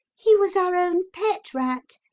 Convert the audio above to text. he was our own pet rat,